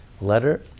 letter